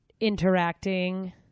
interacting